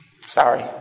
sorry